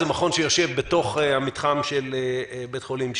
זה מכון שיושב בתוך המתחם של בית-החולים "שיבא",